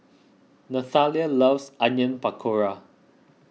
Nathalia loves Onion Pakora